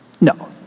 No